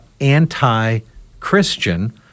anti-Christian